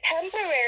temporary